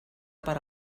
per